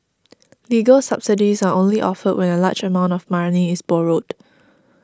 legal subsidies are only offered when a large amount of money is borrowed